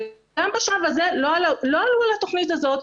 וגם בשלב הזה לא עלו על התוכנית הזאת.